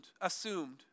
assumed